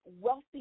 wealthy